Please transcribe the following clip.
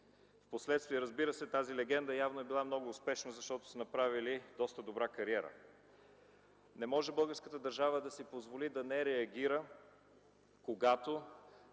Впоследствие, разбира се, тази легенда явно е била много успешна, защото са направили доста добра кариера. Не може българската държава да си позволи да не реагира, когато